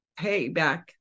payback